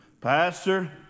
pastor